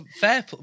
fair